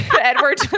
Edward